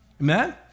Amen